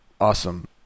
Awesome